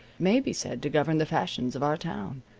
may be said to govern the fashions of our town.